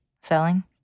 selling